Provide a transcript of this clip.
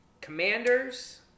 Commanders